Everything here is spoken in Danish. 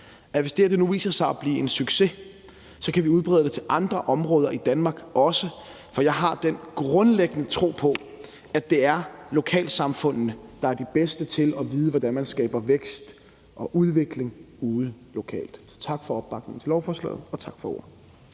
hvis det her nu viser sig at blive en succes, kan vi udbrede det til andre områder i Danmark også. For jeg har den grundlæggende tro på, at det er lokalsamfundene, der er de bedste til at vide, hvordan man skaber vækst og udvikling ude lokalt. Så tak for opbakningen til lovforslaget, og tak for ordet.